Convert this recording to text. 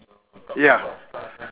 ya